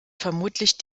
vermutlich